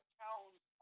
towns